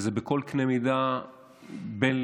שבכל קנה מידה בין-לאומי,